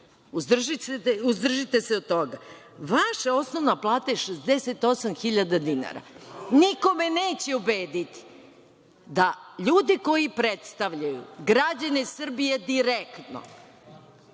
Uzdržite se od toga. Vaša osnovna plata je 68 hiljada dinara. Niko me neće ubediti da ljudi koji predstavljaju građane Srbije direktno